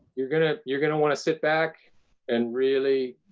you're going to, you're going to want to sit back and really,